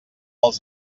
els